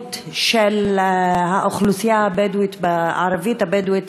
זהות של האוכלוסייה הערבית הבדואית